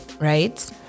right